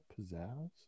pizzazz